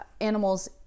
animals